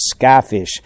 skyfish